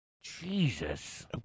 Jesus